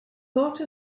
thought